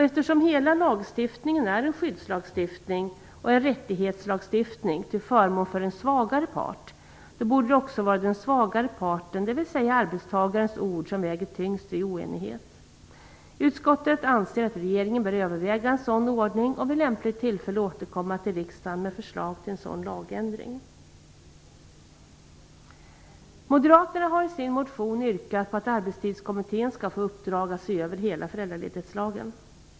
Eftersom hela lagstiftningen är en skyddslagstiftning och en rättighetslagstiftning till förmån för en svagare part, borde det också vara den svagare partens, dvs. arbetstagarens, ord som väger tyngst vid oenighet. Utskottet anser att regeringen bör överväga en sådan ordning och vid lämpligt tillfälle återkomma till riksdagen med förslag till en sådan lagändring. Moderaterna har i sin motion yrkat på att Arbetstidskommittén skall få i uppdrag att se över hela föräldraledighetslagen.